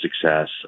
success